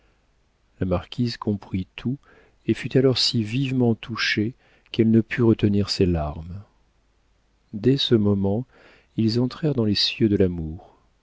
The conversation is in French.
la marquise comprit tout et fut alors si vivement touchée qu'elle ne put retenir ses larmes dès ce moment ils entrèrent dans les cieux de l'amour